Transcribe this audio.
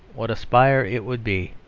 what a spire it would be!